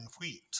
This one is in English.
wheat